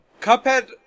Cuphead